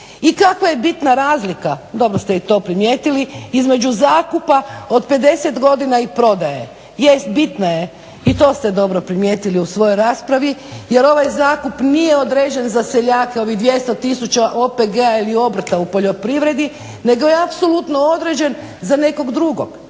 I kakva je bitna razlika, dobro ste i to primijetili, između zakupa od 50 godina i prodaje. Jest bitna je i to ste dobro primijetili u svojoj raspravi jer ovaj zakup nije određen za seljake, ovih 200 tisuća OPG-a ili obrta u poljoprivredi nego je apsolutno određen za nekog drugog.